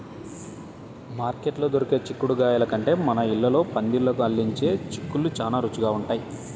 మార్కెట్లో దొరికే చిక్కుడుగాయల కంటే మన ఇళ్ళల్లో పందిళ్ళకు అల్లించే చిక్కుళ్ళు చానా రుచిగా ఉంటయ్